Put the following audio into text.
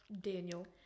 Daniel